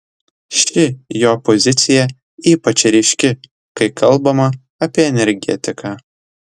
ši jo pozicija ypač ryški kai kalbama apie energetiką